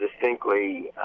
distinctly